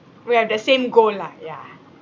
we have the same goal lah yeah